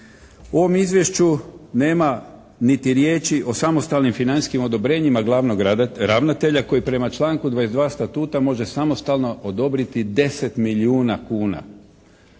U ovom Izvješću nema niti riječi o samostalnim financijskim odobrenjima glavnog ravnatelja koji prema članku 22. statuta može samostalno odobriti 10 milijuna kuna.